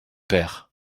père